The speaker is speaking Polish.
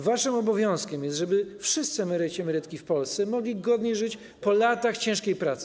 Waszym obowiązkiem jest to, żeby wszyscy emeryci i emerytki w Polsce mogli godnie żyć po latach ciężkiej pracy.